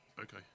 Okay